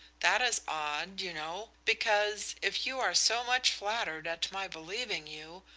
that is odd, you know, because if you are so much flattered at my believing you,